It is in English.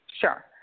sure